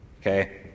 Okay